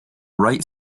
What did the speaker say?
right